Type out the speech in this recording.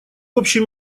общем